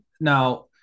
Now –